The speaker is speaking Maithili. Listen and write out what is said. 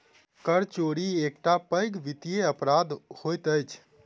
कर चोरी एकटा पैघ वित्तीय अपराध होइत अछि